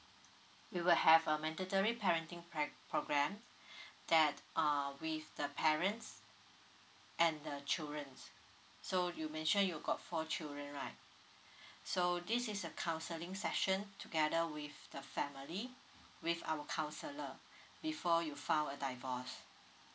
we will have a mandatory parenting prac~ program that uh with the parents and the children's so you mention you got four children right so this is a counseling session together with the family with our counsellor before you file a divorce